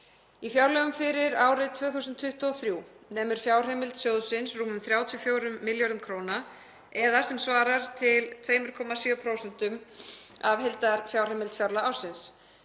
Í fjárlögum fyrir árið 2023 nemur fjárheimild sjóðsins rúmum 34 milljörðum kr. eða sem svarar til 2,7% af heildarfjárheimild fjárlaga ársins.